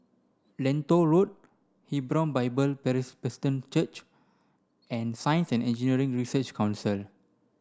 Lentor Road Hebron Bible Presbyterian Church and Science and Engineering Research Council